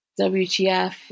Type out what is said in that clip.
WTF